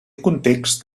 context